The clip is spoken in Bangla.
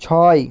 ছয়